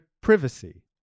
privacy